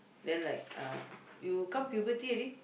then like uh you come puberty already